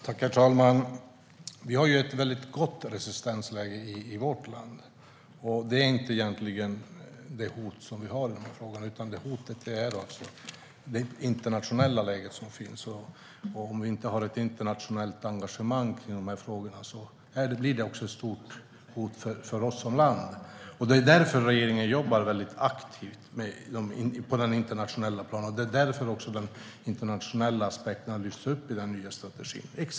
Herr talman! Vi har ett gott resistensläge i vårt land. Det är egentligen inte det hotet vi har i denna fråga, utan det är det internationella läget. Om vi inte har ett internationellt engagemang i dessa frågor blir det ett stort hot för oss som land. Det är därför regeringen jobbar aktivt på det internationella planet, och det är därför de internationella aspekterna lyfts upp i den nya strategin.